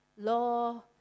law